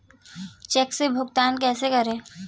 Check से भुगतान कैसे करें?